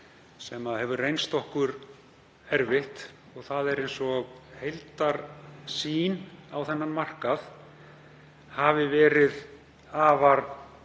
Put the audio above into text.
sem hefur reynst okkur erfitt. Það er eins og heildarsýn á þennan markað hafi verið afar